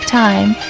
time